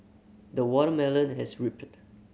the watermelon has ripened